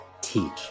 teach